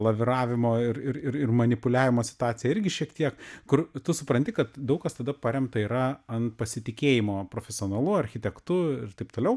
laviravimo ir ir manipuliavimo situacija irgi šiek tiek kur tu supranti kad daug kas tada paremta yra ant pasitikėjimo profesionalu architektu ir taip toliau